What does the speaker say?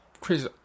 Chris